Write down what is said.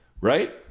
right